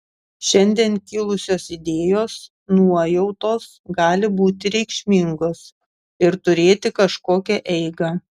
šiandien kilusios idėjos nuojautos gali būti reikšmingos ir turėti kažkokią eigą